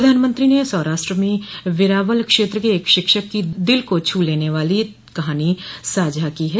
प्रधानमंत्री ने सौराष्ट्र में वेरावल क्षेत्र के एक शिक्षक की दिल को छू लेने वाली कहानी साझा की है